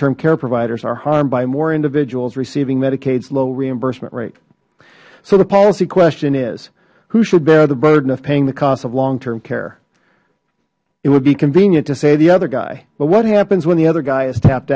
term care providers are harmed by more individuals receiving medicaids low reimbursement rate the policy question is who should bear the burden of paying the cost of long term care it would be convenient to say the other guy but what happens when the other guy is tapped